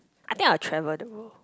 I think I will travel the world